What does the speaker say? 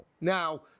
Now